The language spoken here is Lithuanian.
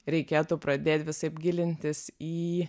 reikėtų pradėt visaip gilintis į